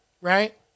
right